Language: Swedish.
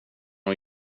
hon